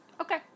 Okay